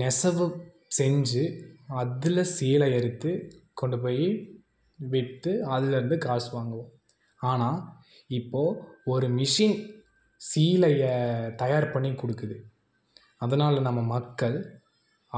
நெசவு செஞ்சு அதில் சீலை அறுத்து கொண்டு போய் விற்று அதுலேயிருந்து காசு வாங்குவோம் ஆனால் இப்போது ஒரு மிஷின் சீலையை தயார் பண்ணி கொடுக்குது அதனால் நம்ம மக்கள்